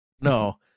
No